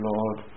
Lord